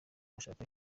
bashaka